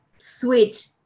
switch